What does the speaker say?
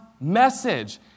message